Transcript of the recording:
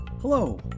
Hello